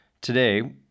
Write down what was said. Today